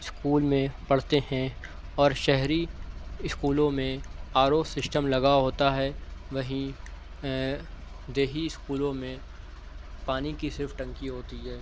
school میں پڑھتے ہیں اور شہری اسکولوں میں آر او سسٹم لگا ہوتا ہے وہیں دیہی اسکولوں میں پانی کی صرف ٹنکی ہوتی ہے